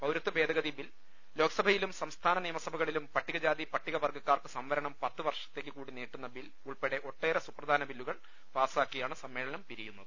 പൌരത്വ ഭേദഗതി ബിൽ ലോക്സഭയിലും സംസ്ഥാന നിയമസഭ കളിലും പട്ടികജാതി പട്ടിക വർഗ്ഗക്കാർക്ക് സംവരണം പത്ത് വർഷ ത്തേക്ക് കൂടി നീട്ടുന്ന ബിൽ ഉൾപ്പെടെ ഒട്ടേറെ സുപ്രധാന ബില്ലു കൾ പാസ്സാക്കിയാണ് സമ്മേളനം പിരിയുന്നത്